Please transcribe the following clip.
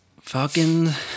Falcons